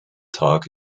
tag